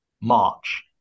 March